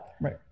Right